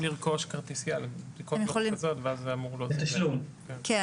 לרכוש כרטיסייה לבדיקות ואז זה -- כן,